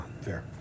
Fair